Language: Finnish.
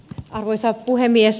arvoisa puhemies